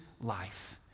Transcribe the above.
life